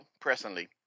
presently